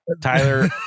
Tyler